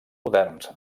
moderns